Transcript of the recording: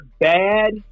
bad